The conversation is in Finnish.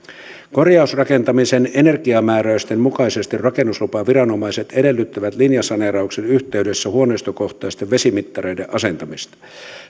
korjausrakentamisen energiamääräysten mukaisesti rakennuslupaviranomaiset edellyttävät linjasaneerauksen yhteydessä huoneistokohtaisten vesimittareiden asentamista